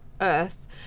Earth